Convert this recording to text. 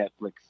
Netflix